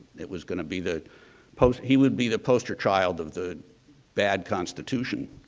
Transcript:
it was going to be the post he would be the poster child of the bad constitution.